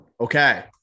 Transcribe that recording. Okay